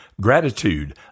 Gratitude